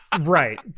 Right